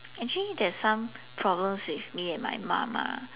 actually there's some problems with me and my mom lah